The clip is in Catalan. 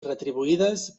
retribuïdes